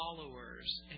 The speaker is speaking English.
followers